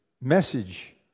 message